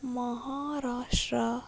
Maharashtra